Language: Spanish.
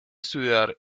estudiar